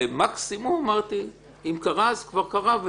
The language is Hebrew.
מקסימום אם קרה אז קרה,